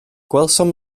gwelsom